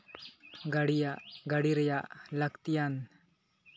ᱜᱟᱹᱲᱤᱭᱟᱜ ᱜᱟᱹᱲᱤ ᱨᱮᱭᱟᱜ ᱞᱟᱹᱠᱛᱤᱭᱟᱱ